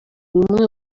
bumwe